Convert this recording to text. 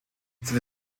seine